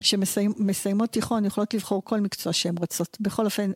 שמסיי.. מסיימות תיכון יכולות לבחור כל מקצוע שהן רוצות, בכל אופן.